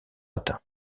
atteint